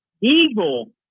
evil